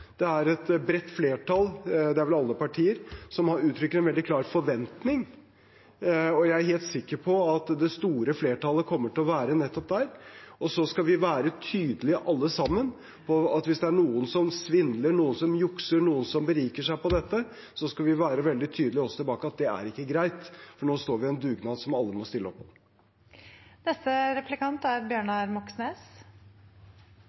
Det er et bredt flertall – det er vel alle partier – som uttrykker en veldig klar forventning om det, og jeg er helt sikker på at det store flertallet kommer til å være nettopp der. Så skal vi være tydelige på, alle sammen, at hvis det er noen som svindler, noen som jukser, noen som beriker seg på dette, er ikke det greit, for nå står vi i en dugnad som alle må stille opp på. Det er